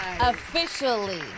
officially